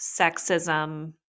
sexism